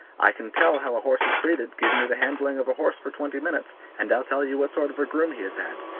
i can tell how a horse is treated. give me the handling of a horse for twenty minutes, and i'll tell you what sort of a groom he has had.